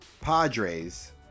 Padres